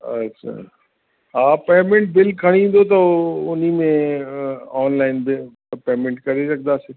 अछा हा payment bill खणी ईंदो त हो उन्ही में ऑनलाइन जे पेमेंट करे रखंदासीं